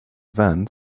van